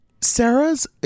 Sarah's